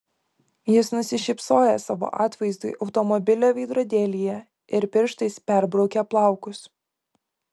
jis nusišypsojo savo atvaizdui automobilio veidrodėlyje ir pirštais perbraukė plaukus